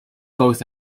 both